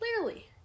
clearly